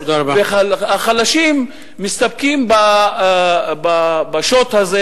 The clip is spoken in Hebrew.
והחלשים מסתפקים בשוט הזה